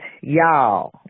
y'all